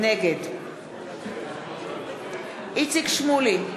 נגד איציק שמולי,